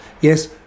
Yes